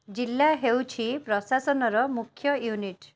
ଜିଲ୍ଲା ହେଉଛି ପ୍ରସାଶନର ମୁଖ୍ୟ ୟୁନିଟ୍